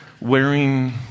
wearing